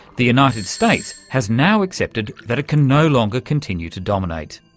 the united states has now accepted that it can no longer continue to dominate.